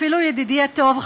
אפילו ידידי הטוב,